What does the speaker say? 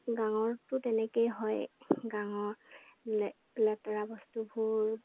গাঁৱতো তেনেকৈয়ে হয় গাঁৱৰ লেতেৰা বস্তুবোৰ